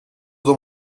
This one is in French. dans